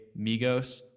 Migos